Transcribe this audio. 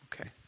okay